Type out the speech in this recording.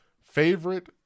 favorite